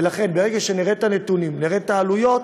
ולכן, ברגע שנראה את הנתונים, נראה את העלויות,